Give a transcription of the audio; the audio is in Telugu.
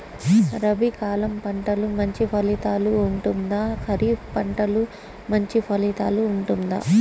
రబీ కాలం పంటలు మంచి ఫలితాలు ఉంటుందా? ఖరీఫ్ పంటలు మంచి ఫలితాలు ఉంటుందా?